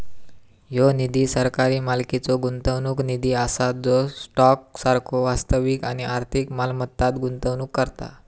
ह्यो निधी सरकारी मालकीचो गुंतवणूक निधी असा जो स्टॉक सारखो वास्तविक आणि आर्थिक मालमत्तांत गुंतवणूक करता